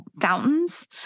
fountains